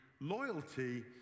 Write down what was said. loyalty